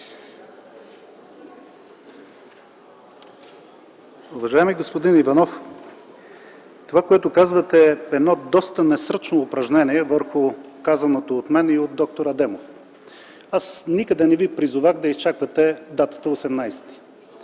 Уважаеми господин Иванов, това, което казвате, е доста несръчно упражнение върху казаното от мен и от д-р Адемов. Аз никъде не ви призовах да изчаквате датата 18-и.